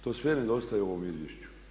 To sve nedostaje u ovom izvješću.